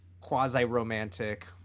quasi-romantic